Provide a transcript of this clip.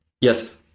Yes